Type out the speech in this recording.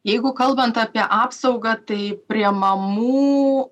jeigu kalbant apie apsaugą tai prie mamų